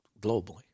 globally